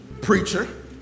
preacher